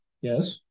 Yes